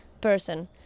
person